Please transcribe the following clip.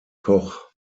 koch